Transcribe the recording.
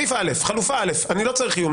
בסעיף (א), חלופה (א), אני לא צריך איום.